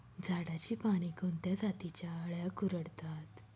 झाडाची पाने कोणत्या जातीच्या अळ्या कुरडतात?